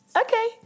Okay